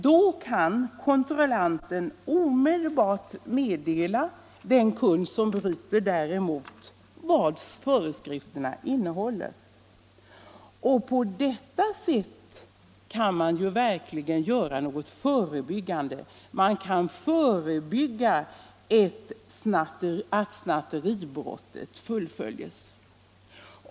Då kan kontrollanten omedelbart meddela den kund som bryter däremot vad föreskrifterna innehåller och på detta sätt kan man förebygga att snatteribrottet fullföljs.